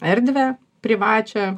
erdvę privačią